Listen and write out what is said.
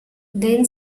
then